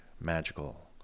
magical